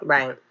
Right